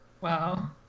Wow